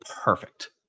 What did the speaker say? perfect